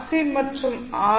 C மற்றும் R